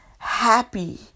happy